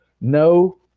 no